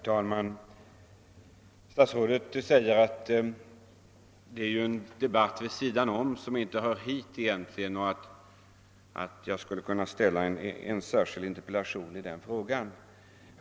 Herr talman! Statsrådet säger att detta med AB Tufama egentligen inte hör samman med interpellationen och att jag därför borde ställa en särskild interpellation i den frågan.